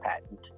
patent